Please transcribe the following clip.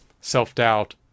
self-doubt